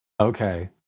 okay